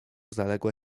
zaległa